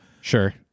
sure